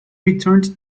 returned